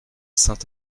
saint